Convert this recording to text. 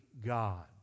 God